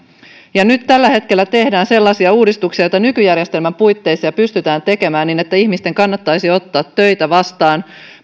nyt tällä hetkellä tehdään sellaisia uudistuksia joita nykyjärjestelmän puitteissa pystytään tekemään niin että ihmisten kannattaisi ottaa töitä vastaan